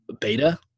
Beta